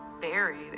buried